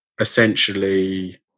essentially